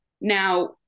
Now